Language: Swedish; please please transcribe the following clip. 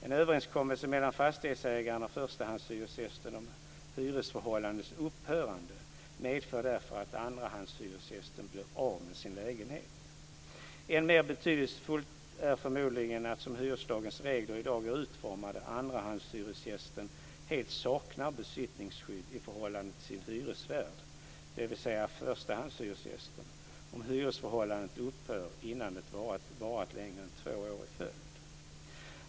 En överenskommelse mellan fastighetsägaren och förstahandshyresgästen om hyresförhållandets upphörande medför därför att andrahandshyresgästen blir av med sin lägenhet. Än mera betydelsefullt är förmodligen att som hyreslagens regler i dag är utformade saknar andrahandshyresgästerna helt besittningsskydd i förhållande till sin hyresvärd, dvs. förstahandshyresgästen, om hyresförhållandet upphör innan det varat längre än två år i följd.